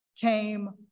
came